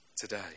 Today